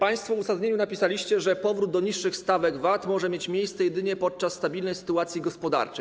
Państwo w uzasadnieniu napisaliście, że powrót do niższych stawek VAT może mieć miejsce jedynie podczas stabilnej sytuacji gospodarczej.